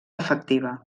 efectiva